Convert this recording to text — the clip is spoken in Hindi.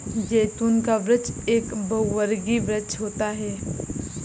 जैतून का वृक्ष एक बहुवर्षीय वृक्ष होता है